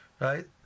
Right